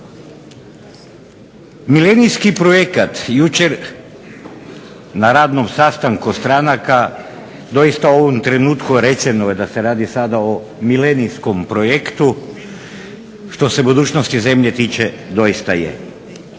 Milenijski projekat jučer na radnom sastanku stranaka doista u ovom trenutku rečeno je da se radi sada o milenijskom projektu što se budućnosti zemlje tiče doista je.